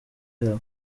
yabo